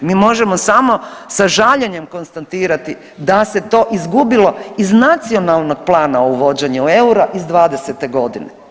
Mi možemo samo sa žaljenjem konstatirati da se to izgubilo iz Nacionalnog plana o uvođenju eura iz '20.-te godine.